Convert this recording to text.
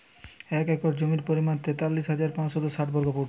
এক একর জমির পরিমাণ তেতাল্লিশ হাজার পাঁচশত ষাট বর্গফুট